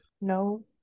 No